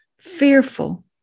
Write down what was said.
fearful